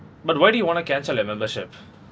but why do you want to cancel the membership